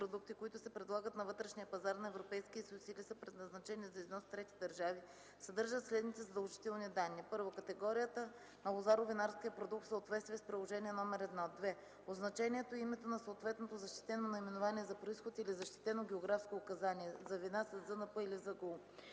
категорията на лозаро-винарския продукт в съответствие с Приложение № 1; 2. означението и името на съответното „защитено наименование за произход“ или „защитено географско указание“ – за вина със ЗНП или ЗГУ;